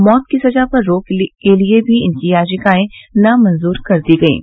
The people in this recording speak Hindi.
मौत की सजा पर रोक के लिये भी इनकी याचिकाएं नामंजूर कर दी गयीं